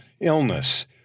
illness